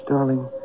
Darling